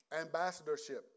ambassadorship